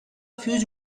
fuse